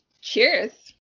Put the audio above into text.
Cheers